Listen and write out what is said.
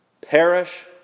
Perish